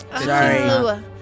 sorry